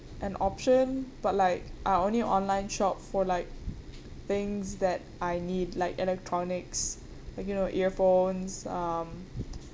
an option but like I only online shop for like things that I need like electronics like you know earphones um